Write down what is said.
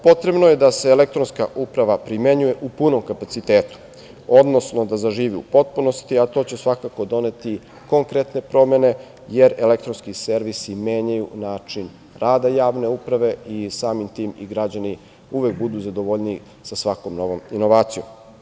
Potrebo je da se elektronska uprava primenjuje u punom kapacitetu, odnosno da zaživi u potpunosti, a to će svakako doneti konkretne promene jer elektronski servisi menjaju način rada javne uprave i samim tim i građani uvek budu zadovoljniji sa svakom novom inovacijom.